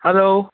hello